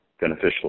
beneficial